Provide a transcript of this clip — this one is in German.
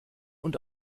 und